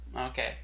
okay